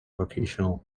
vocational